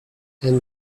and